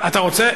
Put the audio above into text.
אתה רוצה?